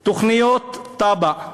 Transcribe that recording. תב"ע,